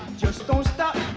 just don't stop.